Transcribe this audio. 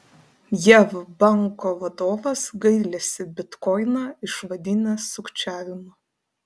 jav banko vadovas gailisi bitkoiną išvadinęs sukčiavimu